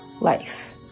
life